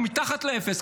הוא מתחת לאפס,